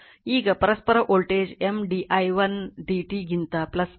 ಈಗ ಪರಸ್ಪರ voltage M d i1 dt ಗಿಂತ ಆಗಿದೆ